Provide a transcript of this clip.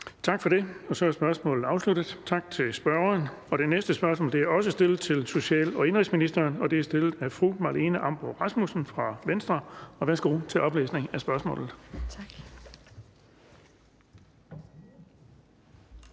Tak for det. Så er spørgsmålet afsluttet. Tak til spørgeren. Det næste spørgsmål er også stillet til social- og indenrigsministeren, og det er stillet af fru Marlene Ambo-Rasmussen fra Venstre. Kl. 16:26 Spm. nr. S 979 7) Til